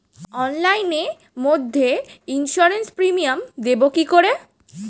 অনলাইনে মধ্যে insurance premium দেবো কি করে?